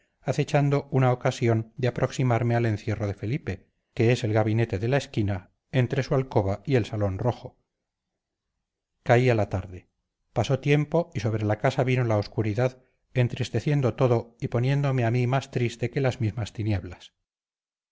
agazapaditas acechando una ocasión de aproximarme al encierro de felipe que es el gabinete de la esquina entre su alcoba y el salón rojo caía la tarde pasó tiempo y sobre la casa vino la obscuridad entristeciendo todo y poniéndome a mí más triste que las mismas tinieblas